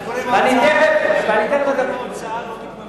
הוצאה לא מתממשת.